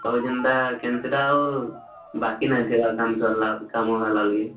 ଆଉ ଯେନ୍ତା କେନ୍ ସେଟା ଆଉ ବାକି ନାହିଁ ଥିବାର୍ କାମ ସରିଲା କାମ ହେଲା କେ